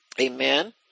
Amen